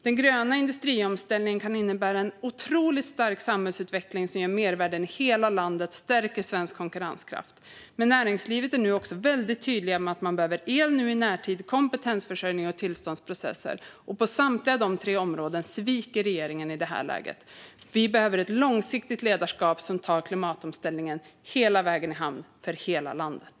Den gröna industriomställningen kan innebära en otroligt stark samhällsutveckling som ger mervärden i hela landet och stärker svensk konkurrenskraft. Men från näringslivet är man nu också väldigt tydlig med att man behöver el i närtid, kompetensförsörjning och tillståndsprocesser. På samtliga dessa tre områden sviker regeringen i det här läget. Vi behöver ett långsiktigt ledarskap som tar klimatomställningen hela vägen i hamn för hela landet.